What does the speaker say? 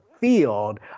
field